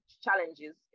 challenges